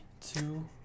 two